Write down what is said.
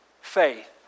Faith